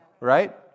Right